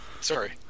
Sorry